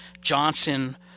Johnson